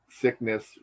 sickness